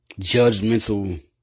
judgmental